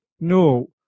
no